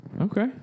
Okay